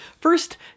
First